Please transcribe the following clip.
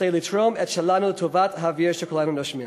כדי לתרום את שלנו לטובת האוויר שכולנו נושמים.